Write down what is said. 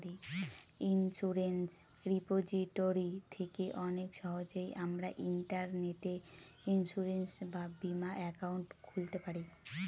insurance repository থেকে অনেক সহজেই আমরা ইন্টারনেটে ইন্সুরেন্স বা বীমা একাউন্ট খুলতে পারি